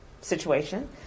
situation